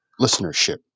listenership